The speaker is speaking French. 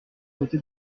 côté